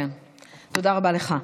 תודה רבה לך.